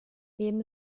neben